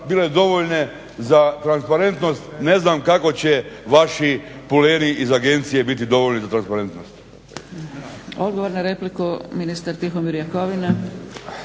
bile dovoljne za transparentnost, ne znam kako će vaši puferi iz agencije biti dovoljni za transparentnost.